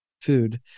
food